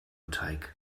teig